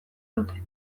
dute